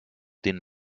den